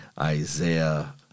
Isaiah